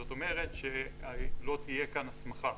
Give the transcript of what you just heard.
זאת אומרת שלא תהיה כאן הסמכה,